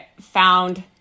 found